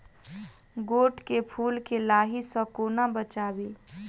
गोट केँ फुल केँ लाही सऽ कोना बचाबी?